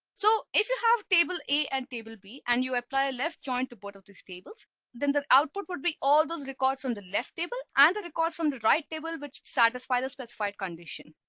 so if you have table a and table b, and you apply a left join, too. but of the stables then the output would be all those records from the left table and the record from the right table which satisfy the specified condition.